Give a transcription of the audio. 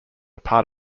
part